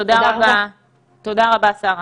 תודה רבה, שרה.